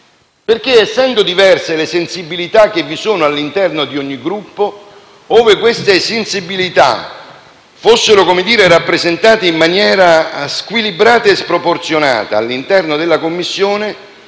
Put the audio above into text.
perché, essendo diverse le sensibilità che vi sono all'interno di ogni Gruppo, ove queste sensibilità fossero rappresentate in maniera squilibrata e sproporzionata all'interno della Commissione,